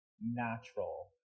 natural